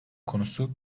konusu